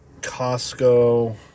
Costco